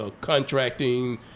contracting